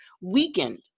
weakened